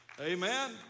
Amen